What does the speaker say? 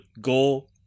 go